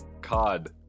COD